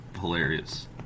hilarious